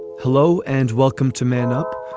hello and welcome to man up,